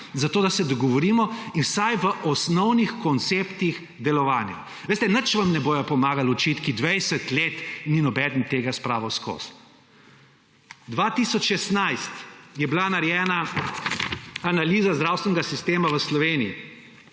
zato da se dogovorimo vsaj o osnovnih konceptih delovanja. Veste, nič vam ne bodo pomagali očitki, da 20 let ni nobeden tega spravil skozi. 2016 je bila narejena analiza zdravstvenega sistema v Sloveniji,